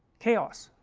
chaos